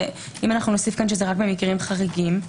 אם נוסף, שזה רק במקרים חריגים?